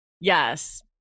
Yes